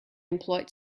employed